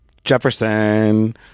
Jefferson